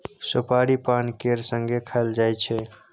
सोपारी पान केर संगे खाएल जाइ छै